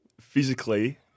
Physically